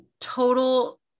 total